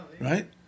Right